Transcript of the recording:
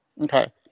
Okay